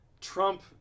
Trump